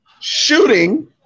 shooting